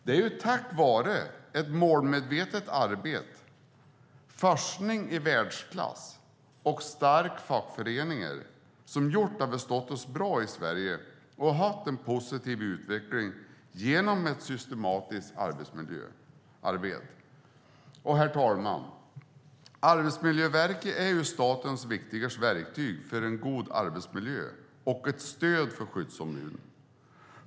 Det är ju tack vare ett målmedvetet och systematiskt arbetsmiljöarbete, forskning i världsklass och starka fackföreningar som vi har stått oss bra i Sverige och haft en positiv utveckling. Herr talman! Arbetsmiljöverket är statens viktigaste verktyg för en god arbetsmiljö och ett stöd för skyddsombuden.